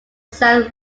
sell